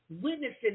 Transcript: witnessing